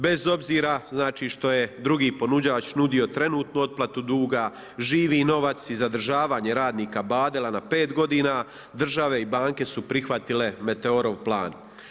Bez obzira znači što je drugi ponuđač nudio trenutnu otplatu duga, živi novac i zadržavanje radnika Badela na 5 godina, države i banke su prihvatile Meteorov plan.